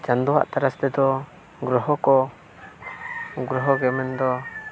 ᱪᱟᱸᱫᱳᱣᱟᱜ ᱛᱟᱨᱟᱥ ᱛᱮᱫᱚ ᱜᱨᱚᱦᱚ ᱠᱚ ᱜᱨᱚᱦᱚ ᱜᱮ ᱢᱮᱱᱫᱚ